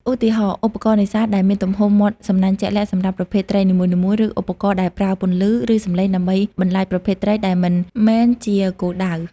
ឧទាហរណ៍ ឧបករណ៍នេសាទដែលមានទំហំមាត់សំណាញ់ជាក់លាក់សម្រាប់ប្រភេទត្រីនីមួយៗ ឬឧបករណ៍ដែលប្រើពន្លឺ ឬសំឡេងដើម្បីបន្លាចប្រភេទសត្វដែលមិនមែនជាគោលដៅ។